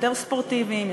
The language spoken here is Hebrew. יותר ספורטיביים,